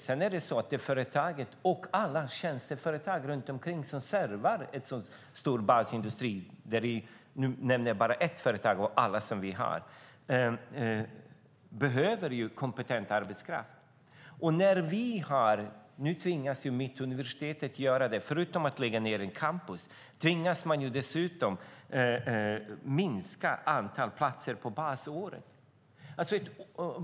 Sedan är det så att alla tjänsteföretag runt omkring som servar en så stor basindustri - jag nämner nu bara ett företag av alla som vi har - behöver kompetent arbetskraft. Nu tvingas Mittuniversitetet, förutom att lägga ned ett campus, att minska antalet platser på basåret.